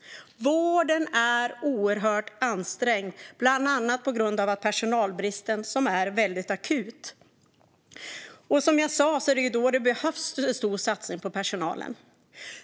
Vården är oerhört ansträngd, bland annat på grund av personalbristen, som är väldigt akut. Som jag sa är det då det behövs en stor satsning på personalen.